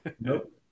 Nope